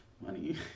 money